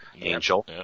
Angel